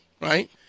Right